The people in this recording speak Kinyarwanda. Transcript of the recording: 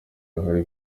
uruhare